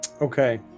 Okay